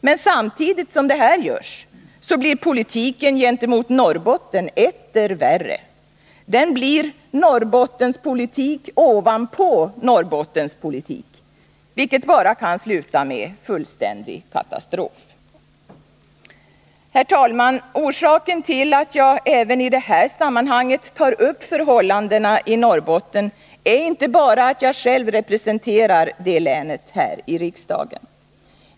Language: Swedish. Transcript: Men samtidigt som detta görs blir politiken gentemot Norrbotten etter värre; den blir Norrbottenpolitik ovanpå Norrbottenpolitik, vilket bara kan sluta med fullständig katastrof. Herr talman! Orsaken till att jag även i detta sammanhang tar upp förhållandena i Norrbotten är inte bara att jag själv representerar det länet här i riksdagen.